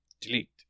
Delete